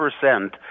percent